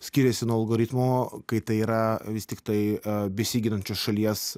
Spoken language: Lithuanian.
skiriasi nuo algoritmo kai tai yra vis tiktai besiginančios šalies